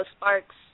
Sparks